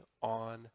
on